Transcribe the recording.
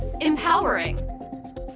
empowering